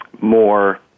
more